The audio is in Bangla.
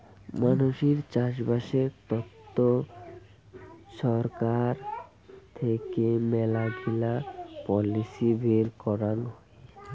মানসির চাষবাসের তন্ন ছরকার থেকে মেলাগিলা পলিসি বের করাং হই